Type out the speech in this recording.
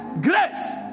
grace